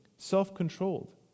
Self-controlled